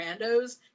randos